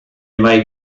made